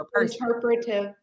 Interpretive